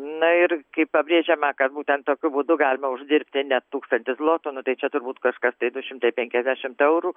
na ir kaip pabrėžiama kad būtent tokiu būdu galima uždirbti tūkstantį zlotų nu tai čia turbūt kažkas tai du šimtai penkiasdešimt eurų